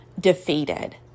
defeated